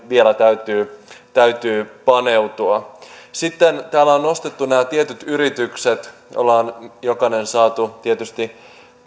vielä täytyy täytyy paneutua sitten täällä on nostettu nämä tietyt yritykset me olemme jokainen tietysti saaneet